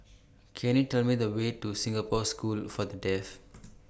Can YOU Tell Me The Way to Singapore School For The Deaf